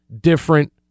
different